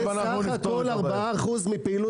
זה סך הכול 4% מהפעילות.